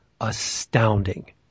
astounding